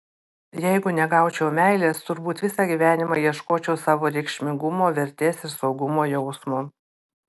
jeigu negaučiau meilės turbūt visą gyvenimą ieškočiau savo reikšmingumo vertės ir saugumo jausmo